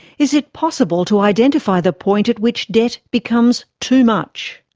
is it possible to identify the point at which debt becomes too much?